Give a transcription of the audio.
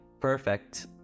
perfect